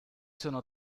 sono